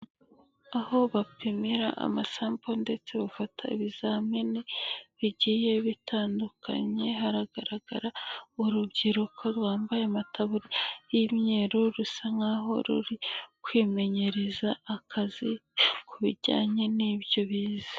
Aho bapimira amasambu ndetse bafata ibizamini bigiye bitandukanye, haragaragara urubyiruko rwambaye amatabu y'imyeru, rusa nkaho ruri kwimenyereza akazi, ku bijyanye n'ibyo biza.